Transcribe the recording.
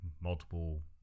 multiple